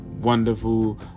Wonderful